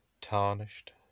tarnished